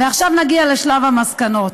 ועכשיו נגיע לשלב המסקנות.